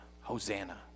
Hosanna